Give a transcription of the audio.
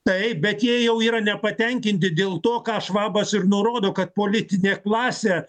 taip bet jie jau yra nepatenkinti dėl to ką švabas ir nurodo kad politinė klasė